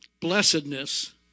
blessedness